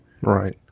Right